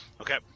Okay